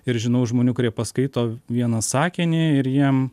ir žinau žmonių kurie paskaito vieną sakinį ir jiem